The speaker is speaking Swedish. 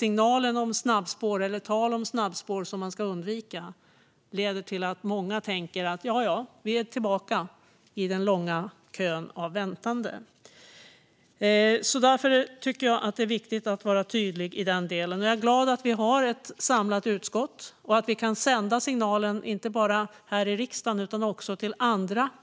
Talet om att undvika snabbspår leder till att många tänker att de är tillbaka i den långa kön av väntande. Därför tycker jag att det är viktigt att vara tydlig i den delen. Jag är glad över att vi har ett samlat utskott och att vi kan sända signalen inte bara här i riksdagen utan också till